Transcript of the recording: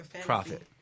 profit